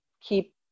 keep